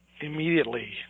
immediately